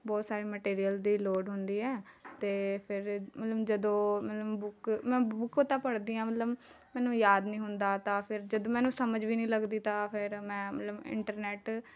ਬਹੁਤ ਸਾਰੇ ਮਟੀਰੀਅਲ ਦੀ ਲੋੜ ਹੁੰਦੀ ਹੈ ਅਤੇ ਫਿਰ ਮਤਲਬ ਜਦੋਂ ਮਤਲਬ ਬੁੱਕ ਮੈਂ ਬੁੱਕ ਤਾਂ ਪੜ੍ਹਦੀ ਹਾਂ ਮਤਲਬ ਮੈਨੂੰ ਯਾਦ ਨਹੀਂ ਹੁੰਦਾ ਤਾਂ ਫਿਰ ਜਦ ਮੈਨੂੰ ਸਮਝ ਵੀ ਨਹੀਂ ਲੱਗਦੀ ਤਾਂ ਫਿਰ ਮੈਂ ਮਤਲਬ ਇੰਟਰਨੈੱਟ